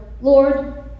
Lord